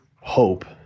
hope